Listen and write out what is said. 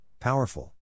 powerful